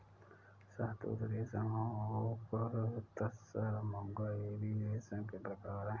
शहतूत रेशम ओक तसर मूंगा एरी रेशम के प्रकार है